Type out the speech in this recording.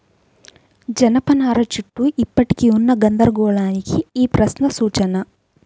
జనపనార చుట్టూ ఇప్పటికీ ఉన్న గందరగోళానికి ఈ ప్రశ్న సూచన